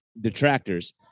detractors